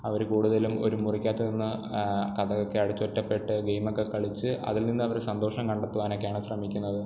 അവർ കൂടുതലും ഒരു മുറിക്കാത്തിരുന്ന് കതകൊക്കെ അടച്ച് ഒറ്റപ്പെട്ട് ഗെയിമൊക്കെ കളിച്ചു അതിൽ നിന്നവർ സന്തോഷം കണ്ടെത്തുവാനൊക്കെയാണ് ശ്രമിക്കുന്നത്